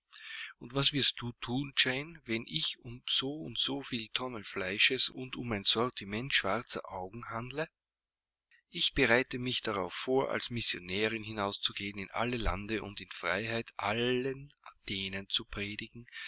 und was wirst du thun jane wenn ich um so und so viel tonnen fleisches und um ein sortiment schwarzer augen handle ich bereite mich darauf vor als missionärin hinauszugehen in alle lande und freiheit allen denen zu predigen